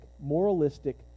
moralistic